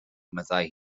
meddai